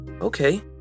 okay